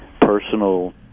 personal